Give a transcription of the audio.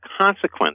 consequence